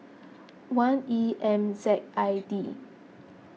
one E M Z I D